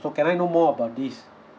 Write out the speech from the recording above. so can I know more about this